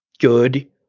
good